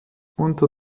unter